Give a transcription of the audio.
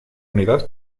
unidad